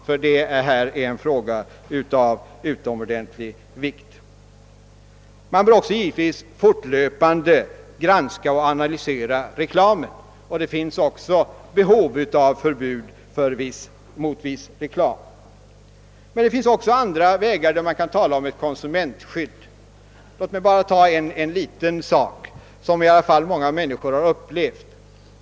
Det gäller här en angelägenhet av utomordentlig vikt. Man bör givetvis också fortlöpande granska och analysera reklamen. Det föreligger behov av förbud mot viss reklam. Det finns även andra möjligheter att åstadkomma konsumentskydd. Låt mig bara nämna en liten sak som i alla fall många människor har upplevt.